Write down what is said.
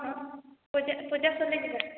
ହଁ ପୂଜା ପୂଜା ସରିଲେ ଯିବା